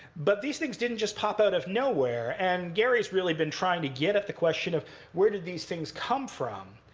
but these things didn't just pop out of nowhere. and gary has really been trying to get at the question of where did these things come from.